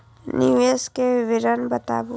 निवेश के विवरण बताबू?